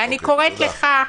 אני קוראת לך --- תודה.